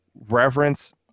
Reverence